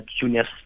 junior